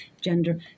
gender